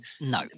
No